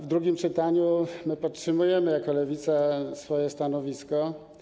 W drugim czytaniu podtrzymujemy jako Lewica swoje stanowisko.